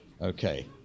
Okay